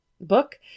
book